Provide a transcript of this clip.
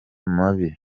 mabi